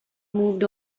moved